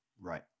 Right